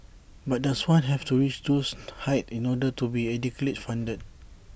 but does one have to reach those heights in order to be adequately funded